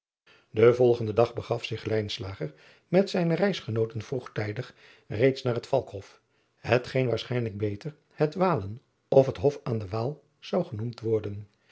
en volgenden dag begaf zich met zijne reisgenooten vroegtijdig reeds naar het alkhof hetgeen waarschijnlijk beter het alen of het of aan de aal zou genoemd worden